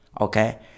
okay